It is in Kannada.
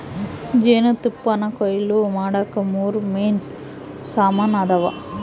ಜೇನುತುಪ್ಪಾನಕೊಯ್ಲು ಮಾಡಾಕ ಮೂರು ಮೇನ್ ಸಾಮಾನ್ ಅದಾವ